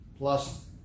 plus